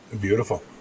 beautiful